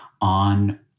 on